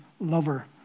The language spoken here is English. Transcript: lover